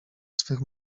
swych